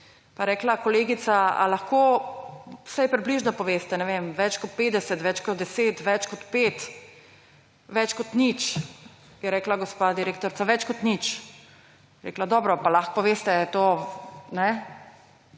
je rekla kolegica, ali lahko vsaj približno poveste, ne vem, več kot 50, več kot 10, več kot 5, več kot 0. Je rekla gospa direktorica – Več kot 0. Je rekla – Dobro, ali lahko poveste, ali je